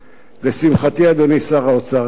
לשמחתי, אדוני שר האוצר נמצא פה,